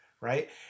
right